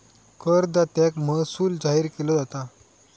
करदात्याक महसूल जाहीर केलो जाता